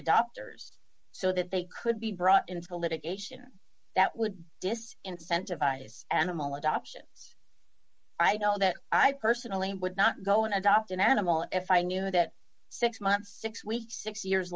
adopters so that they could be brought into litigation that would just incentivize animal adoptions i don't know that i personally would not go and adopt an animal if i knew that six months six weeks six years